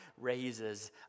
raises